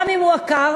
גם אם הוא עקר,